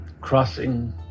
Crossing